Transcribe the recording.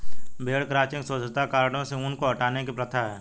भेड़ क्रचिंग स्वच्छता कारणों से ऊन को हटाने की प्रथा है